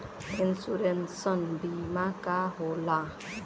Insurance बीमा का होला?